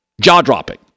Jaw-dropping